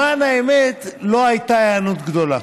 למען האמת, לא הייתה היענות גדולה,